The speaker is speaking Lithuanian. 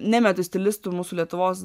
nemetu stilistų mūsų lietuvos